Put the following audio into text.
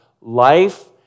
life